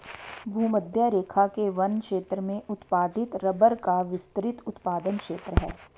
भूमध्यरेखा के वन क्षेत्र में उत्पादित रबर का विस्तृत उत्पादन क्षेत्र है